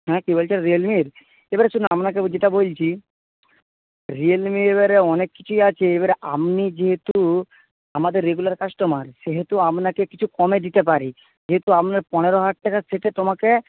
হ্যাঁ কী বলছেন রিয়েলমির এবারে শুনুন আপনাকে যেটা বলছি রিয়েলমি এবারে অনেক কিছুই আছে এবারে আপনি যেহেতু আমাদের রেগুলার কাস্টমার সেহেতু আপনাকে কিছু কমে দিতে পারি যেহেতু আপনি পনেরো হাজার টাকা সেটে তোমাকে